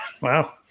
wow